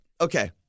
Okay